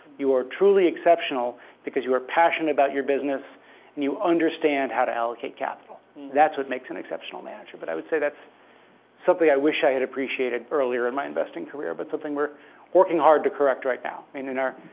you are truly exceptional because you are passionate about your business and you understand how to allocate capital. that's what makes an exceptional manager. but i would say that's something i wish i had appreciated earlier in my investing career but something we're working hard to correct right now. i mean, and